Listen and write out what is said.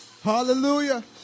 Hallelujah